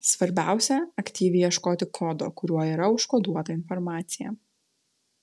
svarbiausia aktyviai ieškoti kodo kuriuo yra užkoduota informacija